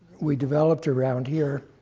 we developed around here,